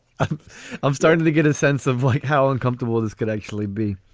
um started to get a sense of like how uncomfortable this could actually be.